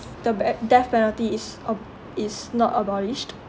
the death penalty is ab~ is not abolished